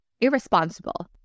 irresponsible